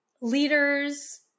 leaders